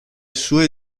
sue